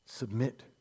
Submit